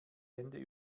hände